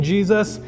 Jesus